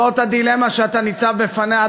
זאת הדילמה שאתה ניצב בפניה,